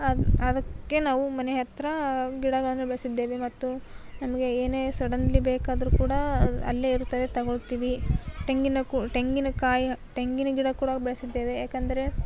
ಅದಕ್ಕೆ ನಾವು ಮನೆ ಹತ್ತಿರ ಗಿಡಗಳನ್ನು ಬೆಳೆಸಿದ್ದೇವೆ ಮತ್ತು ನಮಗೆ ಏನೇ ಸಡನ್ಲಿ ಬೇಕಾದರೂ ಕೂಡ ಅಲ್ಲೇ ಇರುತ್ತದೆ ತಗೊಳ್ತೀವಿ ತೆಂಗಿನ ಕು ತೆಂಗಿನ ಕಾಯಿ ತೆಂಗಿನ ಗಿಡ ಕೂಡ ಬೆಳೆಸಿದ್ದೇವೆ ಯಾಕೆಂದರೆ